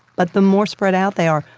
but the more spread out they are,